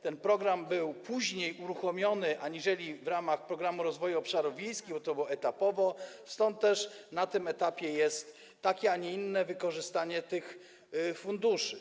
Ten program był uruchomiony później, nie w ramach Programu Rozwoju Obszarów Wiejskich, bo to było etapowo, stąd też na tym etapie jest takie, a nie inne wykorzystanie tych funduszy.